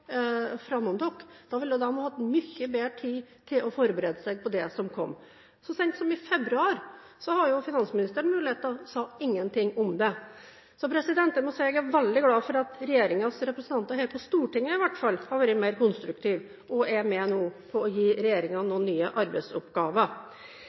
som kom. Så sent som i februar hadde jo finansministeren muligheter, men hun sa ingenting om det. Så jeg må si at jeg er veldig glad for at regjeringens representanter her på Stortinget, i hvert fall, har vært mer konstruktive og nå er med på å gi